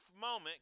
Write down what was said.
moment